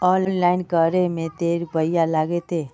Online करे में ते रुपया लगते?